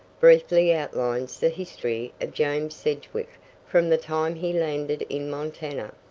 briefly outlines the history of james sedgwick from the time he landed in montana.